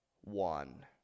one